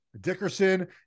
Dickerson